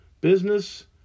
business